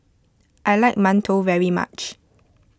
I like Mantou very much